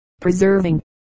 Preserving